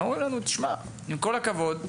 הם אמרו: עם כל הכבוד,